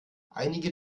einige